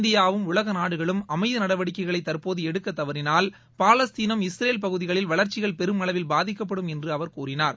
இந்தியாவும் உலக நாடுகளும் அமைதி நடவடிக்கைகளை தற்போது எடுக்க தவறினால் பாலஸ்தீனம் இஸ்ரேல் பகுதிகளில் வளர்ச்சிகள் பெரும் அளவில் பாதிக்கப்படும் என்று அவர் கூறினார்